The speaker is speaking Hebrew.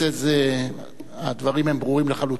על איזו החלטה של האו"ם הקים יישובים בבקעת-הירדן,